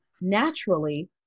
naturally